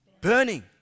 burning